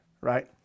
Right